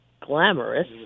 glamorous